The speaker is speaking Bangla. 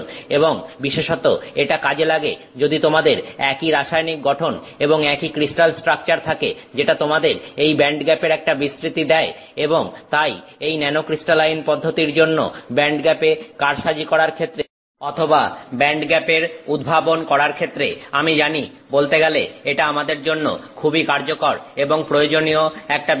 এবং বিশেষত এটা কাজে লাগে যদি তোমাদের একই রাসায়নিক গঠন এবং একই ক্রিস্টাল স্ট্রাকচার থাকে যেটা তোমাদের এই ব্যান্ডগ্যাপের একটা বিস্তৃতি দেয় এবং তাই এই ন্যানোক্রিস্টালাইন পদ্ধতির জন্য ব্যান্ডগ্যাপে কারসাজি করার ক্ষেত্রে অথবা ব্যান্ডগ্যাপের উদ্ভাবন করার ক্ষেত্রে আমি জানি বলতে গেলে এটা আমাদের জন্য খুবই কার্যকর এবং প্রয়োজনীয় একটা বিষয়